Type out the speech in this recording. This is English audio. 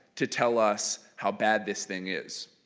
to tell us how bad this thing is.